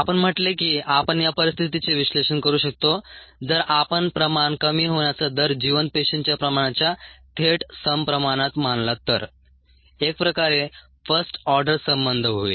आपण म्हटले की आपण या परिस्थितीचे विश्लेषण करू शकतो जर आपण प्रमाणकमी होण्याचा दर जिवंत पेशींच्या प्रमाणाच्या थेट सम प्रमाणात मानला तर एक प्रकारे फर्स्ट ऑर्डरसंबंध होईल